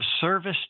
service